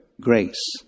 grace